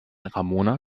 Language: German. ramona